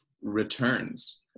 returns